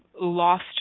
lost